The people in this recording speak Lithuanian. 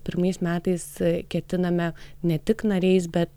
pirmais metais ketiname ne tik nariais bet